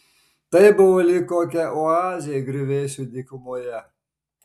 tai buvo lyg kokia oazė griuvėsių dykumoje